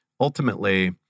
ultimately